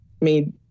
made